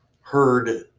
heard